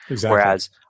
Whereas